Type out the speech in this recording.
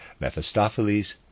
Mephistopheles